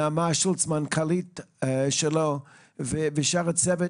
נעמה שולץ המנכ"לית שלו ושאר הצוות